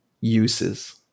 uses